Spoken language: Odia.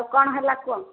ଆଉ କ'ଣ ହେଲା କୁହ